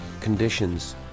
conditions